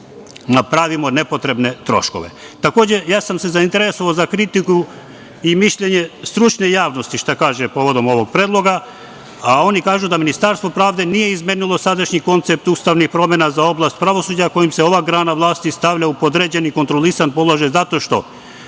napravimo nepotrebne troškove. Takođe, ja sam se zainteresovao za kritiku i mišljenje stručne javnosti šta kaže povodom ovog predloga, a oni kažu da Ministarstvo pravde nije izmenilo sadašnji koncept ustavnih promena za oblast pravosuđa, kojim se ova grana vlasti stavlja u podređen i kontrolisan položaj, zato što